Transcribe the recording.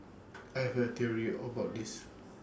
I have A theory about this